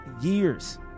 years